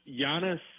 Giannis